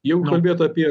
jeigu kalbėt apie